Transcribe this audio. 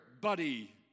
buddy